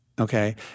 Okay